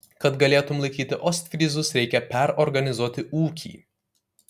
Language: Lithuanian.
kad galėtum laikyti ostfryzus reikia perorganizuot ūkį